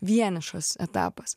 vienišas etapas